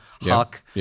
Huck